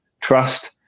Trust